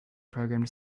programmed